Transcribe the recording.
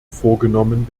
vorgenommen